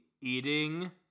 eating